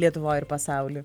lietuvoj ir pasauly